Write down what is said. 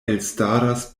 elstaras